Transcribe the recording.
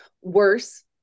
worse